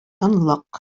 тынлык